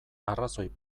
arrazoi